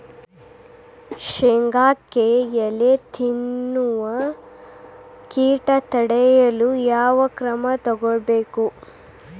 ಶೇಂಗಾಕ್ಕೆ ಎಲೆ ತಿನ್ನುವ ಕೇಟ ತಡೆಯಲು ಯಾವ ಕ್ರಮ ಕೈಗೊಳ್ಳಬೇಕು?